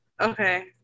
Okay